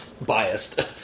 biased